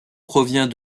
provient